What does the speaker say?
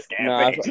No